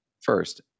First